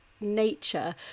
nature